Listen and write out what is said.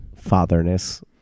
fatherness